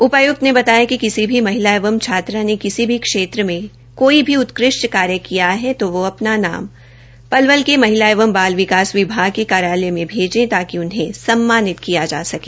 उपायुक्त ने बताया कि किसी भी महिला एवं छात्रा ने किसी भी क्षेत्र में कोई भी उत्कृष्ट कार्य किया है तो वह अपना नाम पलवल के महिला एवं बाल विकास विभाग पलवल के कार्यालय में भेजें ताकि उन्हें सम्मानित किया जा सके